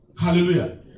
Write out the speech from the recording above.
Hallelujah